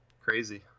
Crazy